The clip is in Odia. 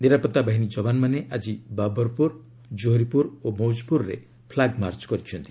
ନିରାପତ୍ତା ବାହିନୀ ଯବାନମାନେ ଆଜି ବାବରପୁର କୋହରିପୁର ଓ ମୌଜପୁରରେ ଫ୍ଲାଗ୍ମାର୍ଚ୍ଚ କରିଛନ୍ତି